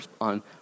on